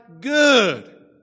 good